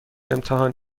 امتحان